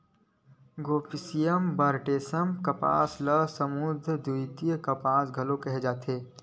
Gossypium barbadense कपास ल समुद्दर द्वितीय कपास घलो केहे जाथे